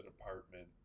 apartment